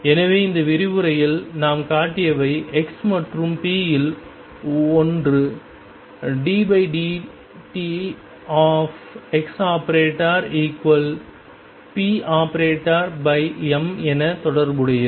எனவே இந்த விரிவுரையில் நாம் காட்டியவை x மற்றும் p இல் ஒன்று ddt⟨x⟩⟨p⟩m என தொடர்புடையது